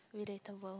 relatable